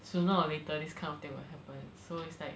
sooner or later this kind of thing will happen so it's like